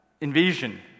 invasion